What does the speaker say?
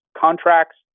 contracts